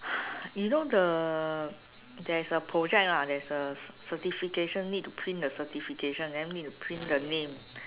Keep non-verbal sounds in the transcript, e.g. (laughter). (breath) you know the there's a project lah there's a certification need to print the certification then need to print the name